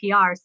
PR